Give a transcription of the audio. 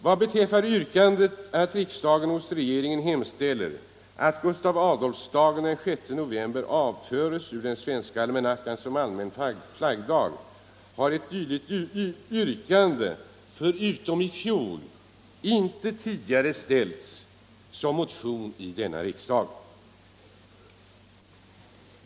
Vad beträffar yrkandet att riksdagen hos regeringen hemställer att Gustav Adolfsdagen den 6 november avföres i den svenska almanackan som allmän flaggdag har ett dylikt yrkande förutom i fjol inte tidigare ställts som motion i denna riksdag.